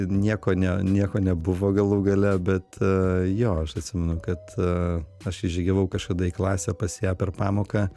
nieko ne nieko nebuvo galų gale bet jo aš atsimenu kad aš įžygiavau kažkada į klasę pas ją per pamoką